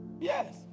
yes